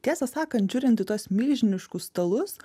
tiesą sakant žiūrint į tuos milžiniškus stalus